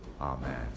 Amen